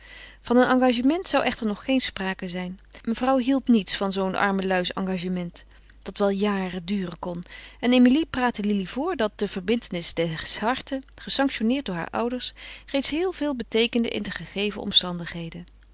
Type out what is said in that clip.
van een engagement zou echter nog geen sprake zijn mevrouw hield niets van zoo'n armeluis engagement dat wel jaren duren kon en emilie praatte lili voor dat de verbintenis des harten gesanctioneerd door haar ouders reeds heel veel beteekende in de gegeven omstandigheden